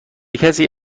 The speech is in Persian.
کسی